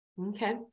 Okay